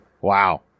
Wow